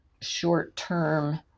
short-term